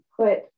put